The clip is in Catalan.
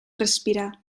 respirar